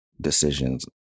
Decisions